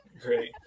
great